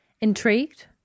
Intrigued